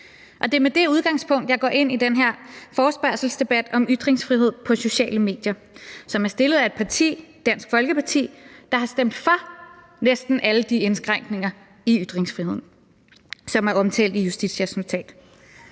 og det er med det udgangspunkt, jeg går ind i den her forespørgselsdebat om ytringsfrihed på sociale medier, som er rejst af et parti, Dansk Folkeparti, der har stemt for næsten alle de indskrænkninger af ytringsfriheden, som er omtalt i Justitias notat.